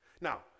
Now